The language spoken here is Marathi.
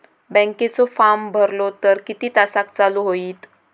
बँकेचो फार्म भरलो तर किती तासाक चालू होईत?